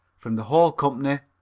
from the whole company,